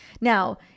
Now